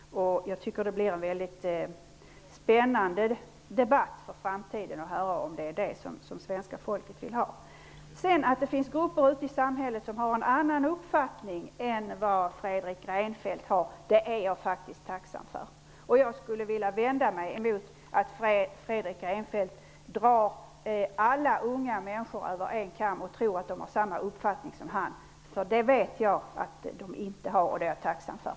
Jag tycker att det blir väldigt spännande att höra om det är det svenska folket vill ha. Att det finns grupper ute i samhället som har en annan uppfattning än Fredrik Reinfeldt har är jag faktiskt tacksam för. Jag skulle vilja vända mig mot att Fredrik Reinfeldt drar alla unga människor över en kam och tror att de har samma uppfattning som han. Det vet jag att de inte har, och det är jag tacksam för.